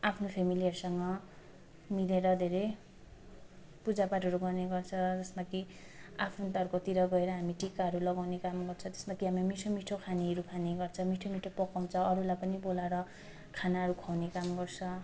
आफ्नो फ्यामेलीहरूसँग मिलेर धेरै पूजा पाठहरू गर्ने गर्छ जसमा कि आफन्तहरूकोतिर गएर हामी टीकाहरू लगाउने काम गर्छ जसमा कि हामी मिठो मिठो खानेहरू खाने गर्छ मिठो मिठो पकाउँछ अरूलाई पनि बोलाएर खानाहरू खुवाउने काम गर्छ